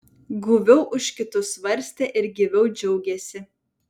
guviau už kitus svarstė ir gyviau džiaugėsi